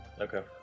Okay